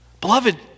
Beloved